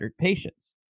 patients